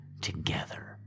together